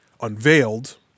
unveiled